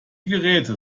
geräte